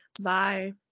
Bye